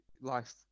life